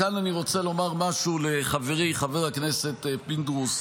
כאן אני רוצה לומר משהו לחברי חבר הכנסת פינדרוס: